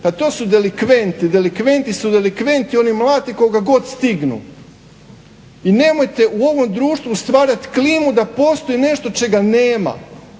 pa to su delikventi, delikventi su delikventi oni mlate koga god stignu. I nemojte u ovom društvu stvarati klimu da postoji nešto čega nema,